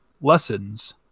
Lessons